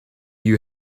you